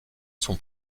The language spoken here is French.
son